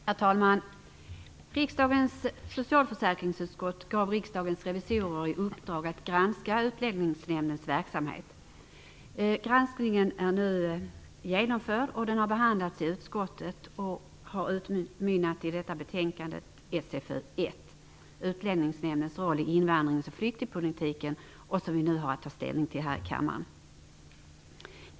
Herr talman! Riksdagens socialförsäkringsutskott gav Riksdagens revisorer i uppdrag att granska Utlänningsnämndens verksamhet. Granskningen är nu genomförd, den har behandlats i utskottet och har utmynnat i detta betänkande, SfU1 Utlänningsnämndens roll i invandrings och flyktingpolitik, som vi nu har att ta ställning till i kammaren.